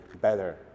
better